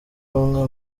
umwe